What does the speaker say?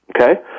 okay